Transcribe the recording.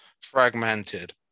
fragmented